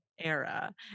era